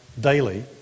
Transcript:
daily